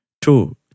Two